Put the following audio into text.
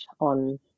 on